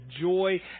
joy